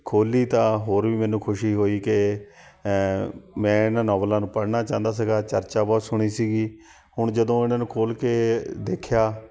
ਖੋਲ੍ਹੀ ਤਾਂ ਹੋਰ ਵੀ ਮੈਨੂੰ ਖੁਸ਼ੀ ਹੋਈ ਕਿ ਮੈਂ ਇਹਨਾਂ ਨੋਵਲਾਂ ਨੂੰ ਪੜ੍ਹਨਾ ਚਾਹੁੰਦਾ ਸੀਗਾ ਚਰਚਾ ਬਹੁਤ ਸੁਣੀ ਸੀਗੀ ਹੁਣ ਜਦੋਂ ਇਹਨਾਂ ਨੂੰ ਖੋਲ੍ਹ ਕੇ ਦੇਖਿਆ